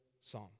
psalm